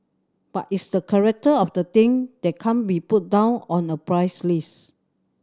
but it's the character of the thing that can't be put down on a price list